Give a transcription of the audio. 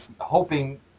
hoping